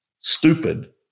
stupid